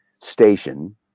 station